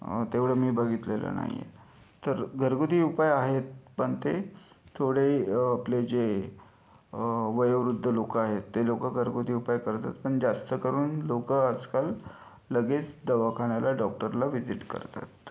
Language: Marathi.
तेवढं मी बघितलेलं नाही आहे तर घरगुती उपाय आहेत पण ते थोडे आपले जे वयोवृद्ध लोकं आहेत ते लोकं घरगुती उपाय करतात पण जास्त करून लोकं आजकाल लगेच दवाखान्याला डॉक्टरला व्हिजिट करतात